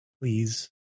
please